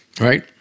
Right